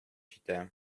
җитә